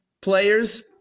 players